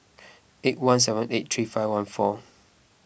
eight one seven eight three five one four